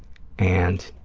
and